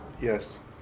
Yes